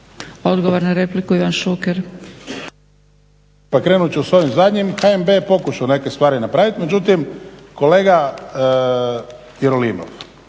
Odgovor na repliku, Ivan Šuker.